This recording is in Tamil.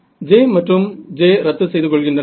j மற்றும் j ரத்து செய்து கொள்கின்றன